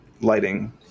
lighting